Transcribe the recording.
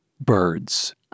birds